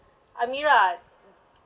amirah